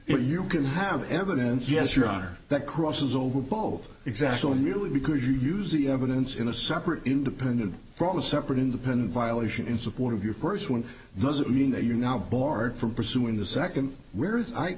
you can have evidence yes your honor that crosses over both exactly merely because you use the evidence in a separate independent brought a separate independent violation in support of your first one doesn't mean that you're not barred from pursuing the second where's i